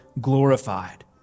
glorified